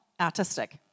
artistic